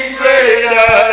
greater